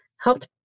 helped